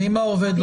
ואם העובד לא מסכים?